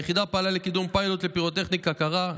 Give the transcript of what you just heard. היחידה פעלה לקידום פיילוט לפירוטכניקה קרה,